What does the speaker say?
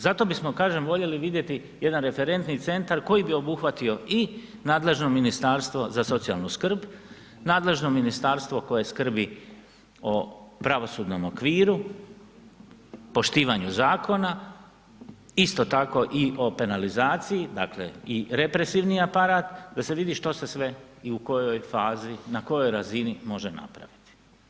Zato bismo kažem voljeli jedan referentni centar koji bi obuhvatio i nadležno Ministarstvo za socijalnu skrb, nadležno Ministarstvo koje skrbi o pravosudnom okviru, poštivanju zakona, isto tako i o penalizaciji dakle i represivni aparat da se vidi što se sve i u kojoj fazi i na kojoj razini može napraviti.